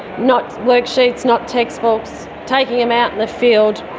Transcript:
not worksheets, not textbooks, taking them out in the field,